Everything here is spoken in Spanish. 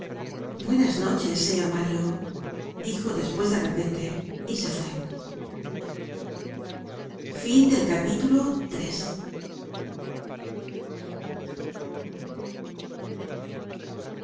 buenas noches señor mario dijo despues de repente y se fué content from